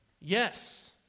Yes